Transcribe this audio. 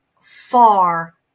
far